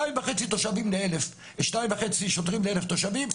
2.5 שוטרים ל-1,000 תושבים.